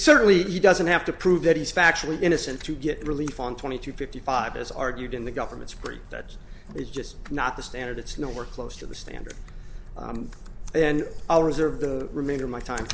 certainly he doesn't have to prove that he's factually innocent to get relief on twenty two fifty five is argued in the government's proof that it's just not the standard it's nowhere close to the standard and i'll reserve the remainder of my time